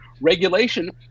regulation